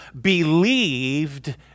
believed